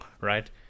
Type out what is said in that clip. right